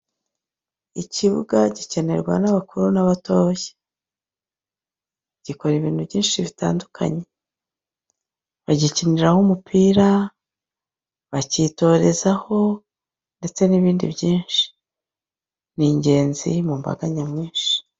Ikibuga gikenerwa n'abakuru n'abatoya, gikora ibintu byinshi bitandukanye, bagikiniraho umupira, bakitorezaho ndetse n'ibindi byinshi. Ni ingenzi mu mbaga nyamwinshi.